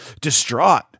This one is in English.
distraught